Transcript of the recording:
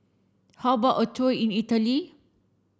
how about a tour in Italy